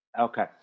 Okay